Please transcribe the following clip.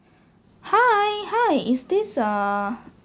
hi hi is this uh